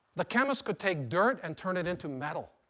the chemist could take dirt and turn it into metal.